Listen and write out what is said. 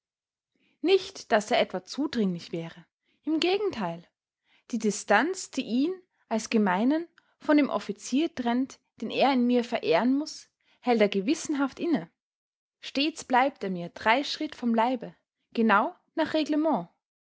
nicht daß er etwa zudringlich wäre im gegenteil die distanz die ihn als gemeinen von dem offizier trennt den er in mir verehren muß hält er gewissenhaft inne stets bleibt er mir drei schritt vom leibe genau nach dem reglement